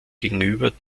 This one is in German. gegenüber